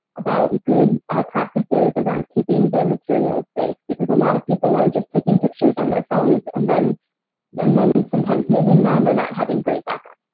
about good practices around keeping their materials safe, because a lot of people are just taking pictures on their phones and then and then and sometimes losing them or not having great backups.